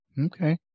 Okay